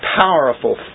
powerful